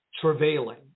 travailing